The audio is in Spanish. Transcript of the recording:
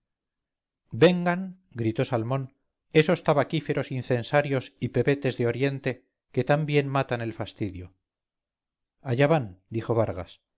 vengan gritó salmón esos tabaquíferos incensarios y pebetes de oriente que tan bien matan el fastidio allá van dijo vargas